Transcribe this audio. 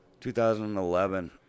2011